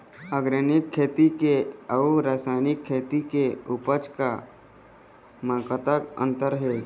Organic खेती के अउ रासायनिक खेती के उपज म कतक अंतर हे?